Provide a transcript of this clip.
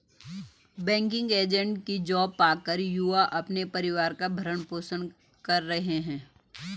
banking agent की job पाकर युवा अपने परिवार का भरण पोषण कर रहे है